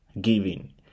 giving